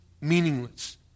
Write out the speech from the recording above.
meaningless